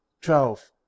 twelve